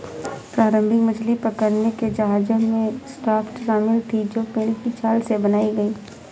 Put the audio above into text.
प्रारंभिक मछली पकड़ने के जहाजों में राफ्ट शामिल थीं जो पेड़ की छाल से बनाई गई